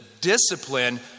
discipline